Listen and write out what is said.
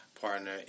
partner